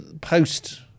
post